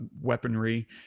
weaponry